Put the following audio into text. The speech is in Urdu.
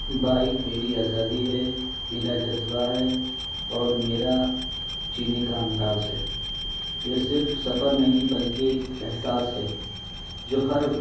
بائک میری آزادی ہے میرا جذبہ ہے اور میرا چینے کا انداز ہے یہ صرف سفر نہیں بلکہ ایک احساس ہے جو ہر